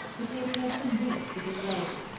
that he appeared to wink with his legs,